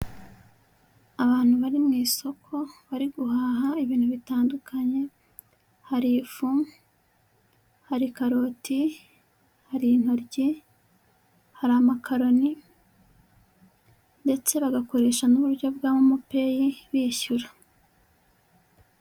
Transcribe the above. Abantu bari mu isoko bari guhaha ibintu bitandukanye, hari ifu, hari karoti, hari intoryi, hari amakaroni ndetse bagakoresha n'uburyo bwa Momo pay bishyura.